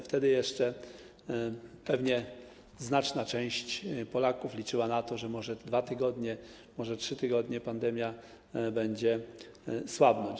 Wtedy jeszcze pewnie znaczna część Polaków liczyła na to, że może 2 tygodnie, może 3 tygodnie i pandemia będzie słabnąć.